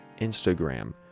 Instagram